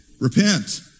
repent